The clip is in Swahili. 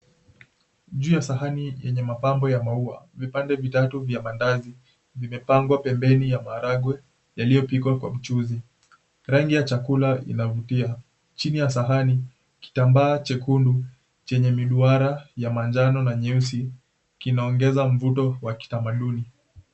Juu ya sahani yenye mambapo ya maua, vipande vitatu vya maandazi vimepangwa pembeni ya maharagwe yaliyopikwa kwa mchuzi. Rangi ya chakula inavutia. Chini ya sahani kitambaa chekundu chenye miduara ya manjano na nyeusi kinaongeza mvuto wa kitamaduni.